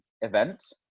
event